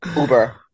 Uber